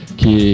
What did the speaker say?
que